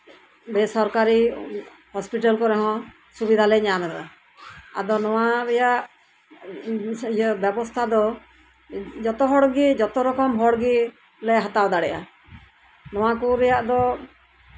ᱵᱮᱥᱚᱨᱠᱟᱨᱤ ᱦᱚᱥᱯᱤᱴᱟᱞ ᱠᱚᱨᱮᱜᱦᱚᱸ ᱥᱩᱵᱤᱫᱷᱟᱞᱮ ᱧᱟᱢ ᱮᱫᱟ ᱟᱫᱚ ᱱᱚᱣᱟ ᱨᱮᱭᱟᱜ ᱵᱮᱵᱚᱥᱛᱷᱟ ᱫᱚ ᱡᱚᱛᱚ ᱨᱚᱠᱚᱢ ᱦᱚᱲᱜᱮᱞᱮ ᱦᱟᱛᱟᱣ ᱫᱟᱲᱮᱭᱟᱜᱼᱟ ᱱᱚᱣᱟ ᱠᱚ ᱨᱮᱭᱟᱜ ᱫᱚ